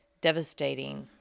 devastating